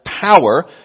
power